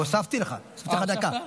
הוספתי לך דקה.